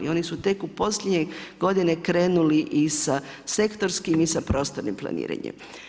Oni su tek posljednjih godina krenuli i sa sektorskim i sa prostornim planiranjem.